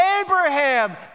Abraham